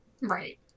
Right